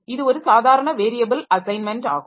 இது ஒரு சாதாரண வேரியபில் அசைன்மெண்ட் ஆகும்